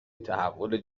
تحول